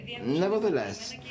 Nevertheless